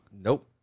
Nope